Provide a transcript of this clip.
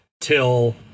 till